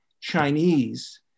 Chinese